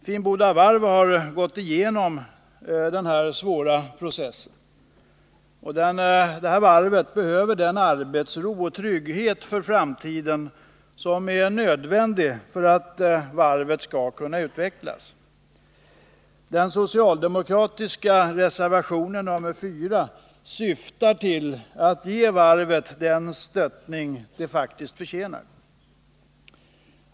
Finnboda Varf har gått igenom denna svåra process och behöver nu arbetsro och trygghet för framtiden för att företaget skall kunna utvecklas. Den socialdemokratiska reservationen nr 4 syftar till att ge varvet den stöttning det faktiskt förtjänar.